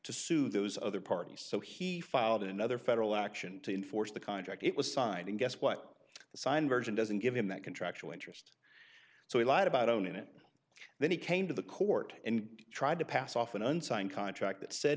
to sue those other parties so he filed another federal action to enforce the contract it was signed and guess what the signed version doesn't give him that contractual interest so he lied about owning it then he came to the court and tried to pass off an unsigned contract that said